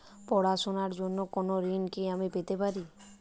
পড়াশোনা র জন্য কোনো ঋণ কি আমি পেতে পারি?